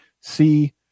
see